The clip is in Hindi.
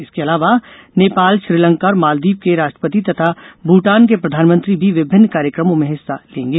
इसके अलावा नेपाल श्रीलंका और मालदीव के राष्ट्रपति तथा भूटान के प्रधानमंत्री भी विभिन्न कार्यक्रमों में हिस्सा लेंगे